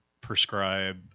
prescribe